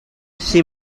she